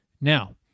Now